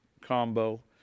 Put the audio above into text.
combo